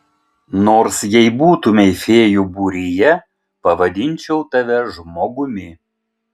nors jei būtumei fėjų būryje pavadinčiau tave žmogumi